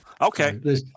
Okay